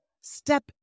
Step